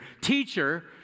Teacher